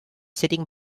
sitting